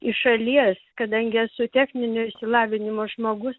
iš šalies kadangi esu techninio išsilavinimo žmogus